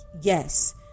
Yes